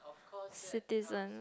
citizen